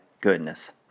goodness